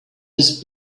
his